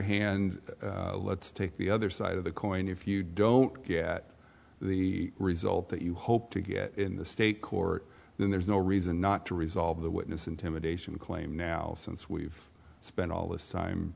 hand let's take the other side of the coin if you don't get the result that you hope to get in the state court and there's no reason not to resolve the witness intimidation claim now since we've spent all this time